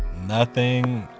nothing,